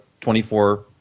24